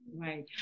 Right